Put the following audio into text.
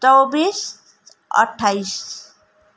चौबिस अट्ठाइस